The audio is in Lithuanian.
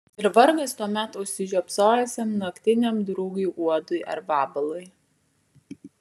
ir vargas tuomet užsižiopsojusiam naktiniam drugiui uodui ar vabalui